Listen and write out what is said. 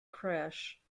crash